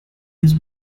his